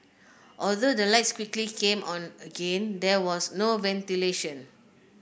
although the lights quickly came on again there was no ventilation